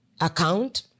account